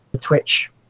Twitch